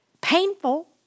painful